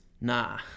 Nah